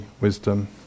wisdom